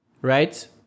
Right